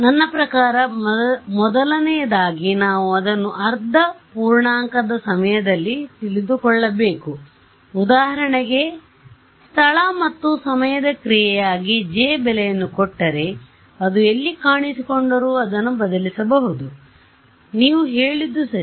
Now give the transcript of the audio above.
ನನ್ನ ಪ್ರಕಾರ ಮೊದಲನೆಯದಾಗಿ ನಾವು ಅದನ್ನು ಅರ್ಧ ಪೂರ್ಣಾಂಕದ ಸಮಯದಲ್ಲಿ ತಿಳಿದುಕೊಳ್ಳಬೇಕು ಉದಾಹರಣೆಗೆ ಸ್ಥಳ ಮತ್ತು ಸಮಯದ ಕ್ರಿಯೆಯಾಗಿ J ಬೆಲೆಯನ್ನು ಕೊಟ್ಟರೆ ಅದು ಎಲ್ಲಿ ಕಾಣಿಸಿಕೊಂಡರೂ ಅದನ್ನು ಬದಲಿಸಬಹುದು ಆದ್ದರಿಂದ ನೀವು ಹೇಳಿದ್ದು ಸರಿ